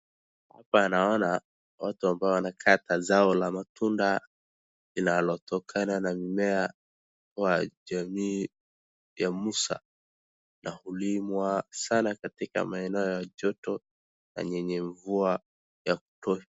Hapa naona watu ambao wanakata zao la matunda linalotokana na mimea wa jamii ya Musa na hulimwa sana katika maeneo ya joto na yenye mvua ya kutosha.